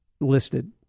listed